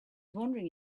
wondering